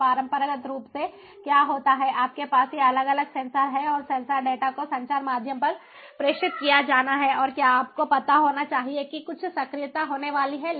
तो परंपरागत रूप से क्या होता है आपके पास ये अलग अलग सेंसर हैं और सेंसर डेटा को संचार माध्यम पर प्रेषित किया जाना है और क्या आपको पता होना चाहिए कि कुछ सक्रियता होने वाली है